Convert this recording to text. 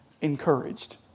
encouraged